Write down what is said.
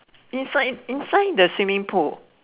inside inside the swimming pool